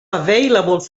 available